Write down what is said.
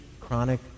chronic